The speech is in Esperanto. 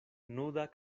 nuda